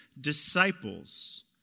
disciples